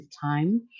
time